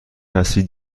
هستید